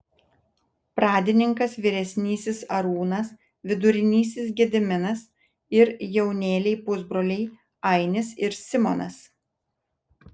pradininkas vyresnysis arūnas vidurinysis gediminas ir jaunėliai pusbroliai ainis ir simonas